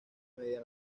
media